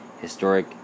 historic